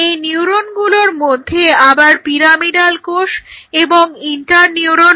এই নিউরনগুলোর মধ্যে আবার পিরামিডাল কোষ এবং ইন্টার নিউরন রয়েছে